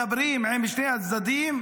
מדברים עם שני הצדדים,